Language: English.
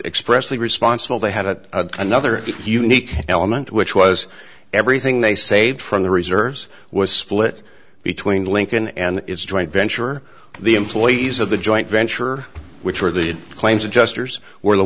expressly responsible they had it another unique element which was everything they saved from the reserves was split between lincoln and its joint venture the employees of the joint venture which were the claims adjusters were the